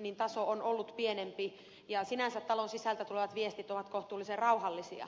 kun taso on ollut pienempi ja sinänsä talon sisältä tulevat viestit ovat kohtuullisen rauhallisia